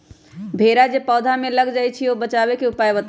भेरा जे पौधा में लग जाइछई ओ से बचाबे के उपाय बताऊँ?